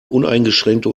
uneingeschränkte